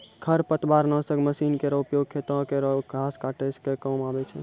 खरपतवार नासक मसीन केरो उपयोग खेतो केरो घास काटै क काम आवै छै